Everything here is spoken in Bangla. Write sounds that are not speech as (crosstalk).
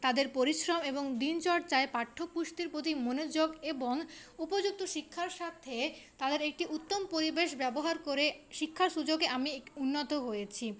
তাদের পরিশ্রম এবং দিনচর্চায় পাঠ্য পুস্তকের প্রতি মনোযোগ এবং উপযুক্ত শিক্ষার সাথে তাদের একটি উত্তম পরিবেশ ব্যবহার করে শিক্ষার সুযোগে আমি (unintelligible) উন্নত হয়েছি